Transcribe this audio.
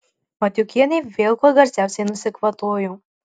matiukienė vėl kuo garsiausiai nusikvatojo